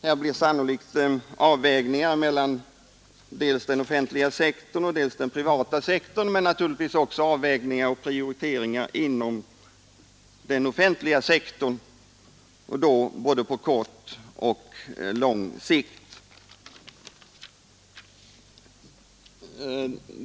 Här blir det sannolikt nödvändigt med avvägningar mellan dels den offentliga och dels den privata sektorn men naturligtvis också avvägningar och prioriteringar inom den offentliga sektorn, på både kort och lång sikt.